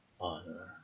honor